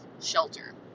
shelter